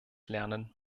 lernen